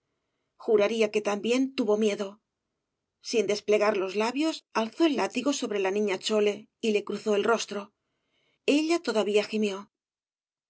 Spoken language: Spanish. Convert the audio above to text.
juraría que también tuvo miedo sin desplegar los labios alzó el látigo sobre la niña chole y le cruzó el rostro ella todavía gimió